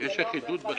יש אחידות בחניות.